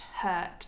hurt